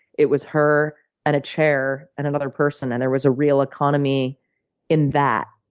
it was her and a chair and another person, and there was a real economy in that.